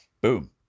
Boom